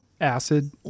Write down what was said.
Acid